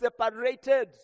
separated